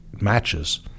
matches